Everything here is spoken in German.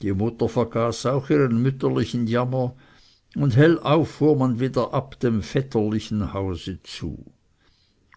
die mutter vergaß auch ihren mütterlichen jammer und hellauf fuhr man wieder ab dem vetterlichen hause zu